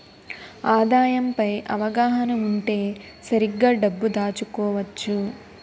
ఆదాయం పై అవగాహన ఉంటే సరిగ్గా డబ్బు దాచుకోవచ్చు